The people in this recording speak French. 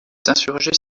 insurgés